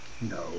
No